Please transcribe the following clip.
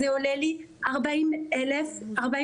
זה עולה לי 48 אלף עד עכשיו.